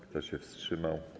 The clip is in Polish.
Kto się wstrzymał?